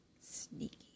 sneaky